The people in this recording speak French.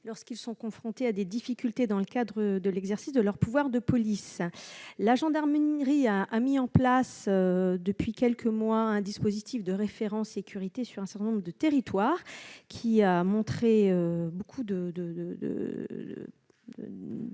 lorsqu'ils sont confrontés à des difficultés dans le cadre de l'exercice de leur pouvoir de police, la gendarmerie a a mis en place depuis quelques mois, un dispositif de référents sécurité sur un certain nombre de territoires qui a montré beaucoup de,